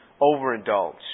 overindulge